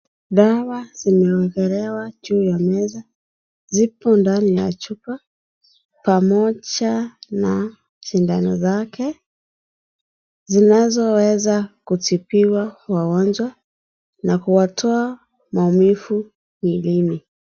Dawa zimewekelewa juu ya meza. Zipo ndani ya chupa, pamoja na sindano zake. Zinazoweza kutibiwa wagonjwa na kuwatoa maumivu mwilini.